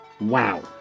wow